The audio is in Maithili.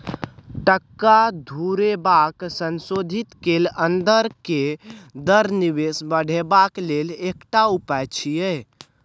टका घुरेबाक संशोधित कैल अंदर के दर निवेश बढ़ेबाक लेल एकटा उपाय छिएय